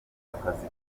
akazi